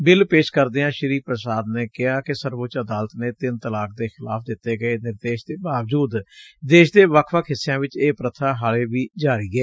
bill ਪੇਸ਼ ਕਰਦਿਆਂ ਸ੍ਰੀ ਪੁਸ਼ਾਦ ਨੇ ਕਿਹਾ ਕਿ ਸਰਵਉੱਚ ਅਦਾਲਤ ਨੇ ਤਿੰਨ ਤਲਾਕ ਦੇ ਖਿਲਾਫ਼ ਦਿੱਤੇ ਗਏ ਨਿਰੇਦਸ਼ ਦੇ ਬਾਵਜੁਦ ਦੇਸ਼ ਦੇ ਵੱਖ ਵੱਖ ਹਿਂਸਿਆਂ ਵਿਚ ਇਹ ਪ੍ਰਬਾ ਹਾਲੇ ਵੀ ਜਾਰੀ ਏ